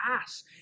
ass